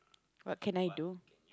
what can I do